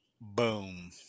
Boom